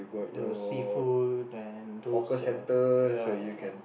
the seafood and those err ya